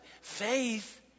faith